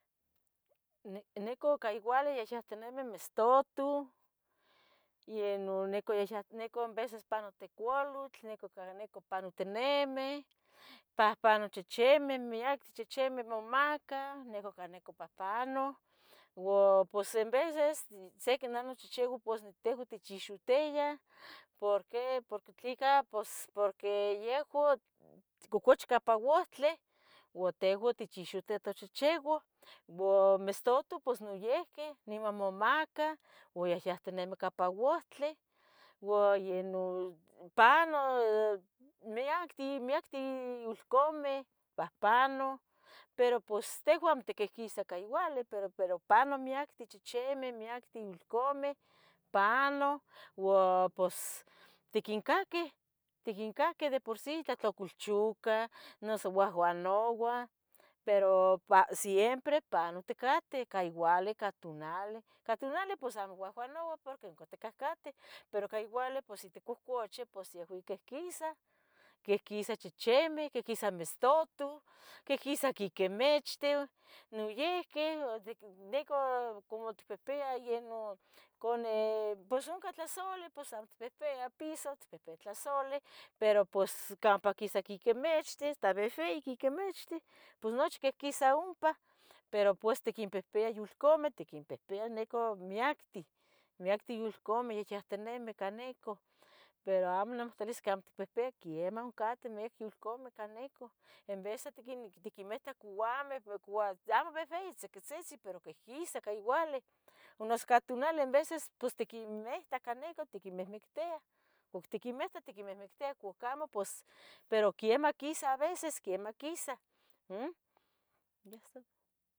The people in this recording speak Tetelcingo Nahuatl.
Neco ca igual yahyahtimemi mestotuh. yen nun neco yayah neco en veces. pano tecualotl, neco, neco panoteneme. pahpano chichimeh, miaque chichime momacah. neco, neco pahpano ua pos en veces se. nah nachihchiua pos tehuan tichixiutiyah. ¿porque?, porque tlica pos porque. yehua cocuchca ipa uhtli ua tehuan. tichoxitia tochichiuan, uan mistotu. pos niyihqui niman momacah uan. yahyahtemeni campa uhtli uan ye nun. pano miacti, miacti yulcumeh Pahpano pero pos tehuan amo tiquihquis. ica igual, pero, pero pano numiati. chichimeh yulcumeh, palo ua pos tiquincaquih. tiquincaqui de por sì, tlahtlacoulchucah. noso uahuanouah pero pa siempre panoticateh. ca igual ica tunale, ica tunale pos amo. uahuanoua porque oncan ticahcateh pero ica youali pos yoticohcuchih pos. yehuan ya quihquisah Quihquisah chichimeh, quihquisah mistotuh. quihquisah quiquemechte nuyihqui di co. como oticactuyah yenun cone, pos ompa. tlahsole pos amo itpihpiah piso, pihpi. tlahsole, pero pos campa quisa. quiquemechte hasta vehvei quiquemechte Pos nochi quisah nompa, pero pues. tiquinpihpiyah yulcameh, tequimpehpiyah. neco miactih, miacti yucumeh yahyahtenemi. ica necuh Pero amo nancomihtaluisqueh amo. tipihpiah quiemah uncate miac. yulcameh ca necuh, en vez tiquimita. couameh cua, amo vehvei tziquitzitzin. pero quihquisa ica iyouli, nuso cah tunali. en veces tiquimihta ca necu tiquimihmictiah. oc tiquemitah tiquememictia cuac amo pos,. pro quiemah quisah aveces, quiemah quisah, mm ya es todo.